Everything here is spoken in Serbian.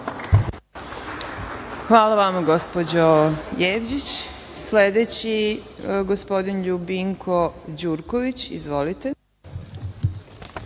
Hvala vama, gospođo Jevđić. Sledeći je gospodin Ljubinko Đurković. Izvolite.